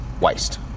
waste